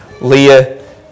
Leah